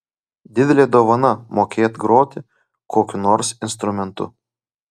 didelė dovana mokėt groti kokiu nors instrumentu